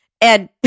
and-